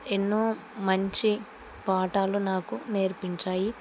ఎన్నో మంచి పాఠాలు నాకు నేర్పించాయి